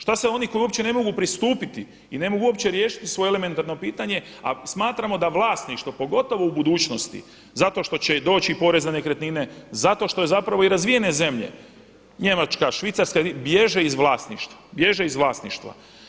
Šta se oni koji uopće ne mogu pristupiti i ne mogu uopće riješiti svoje elementarno pitanje, a smatramo da vlasništvo pogotovo u budućnosti zato što će doći i porez na nekretnine, zato što zapravo i razvijene zemlje, Njemačka, Švicarska bježe iz vlasništva, bježe iz vlasništva.